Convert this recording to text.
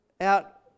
out